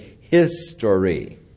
history